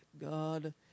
God